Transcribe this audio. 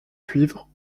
cuivre